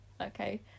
Okay